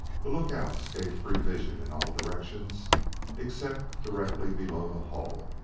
the lookouts gave free vision in all directions except directly below the hull,